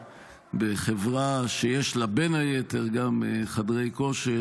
בחברה שיש לה בין היתר גם חדרי כושר,